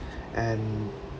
and